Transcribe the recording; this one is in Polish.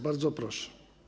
Bardzo proszę.